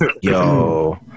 yo